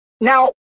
now